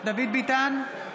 ביטן,